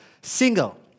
Single